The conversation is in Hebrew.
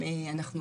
אני